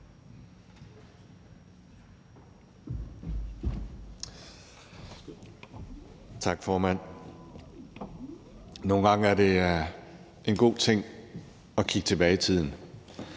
Tak, formand. Nogle gange er det en god ting at kigge tilbage i tiden.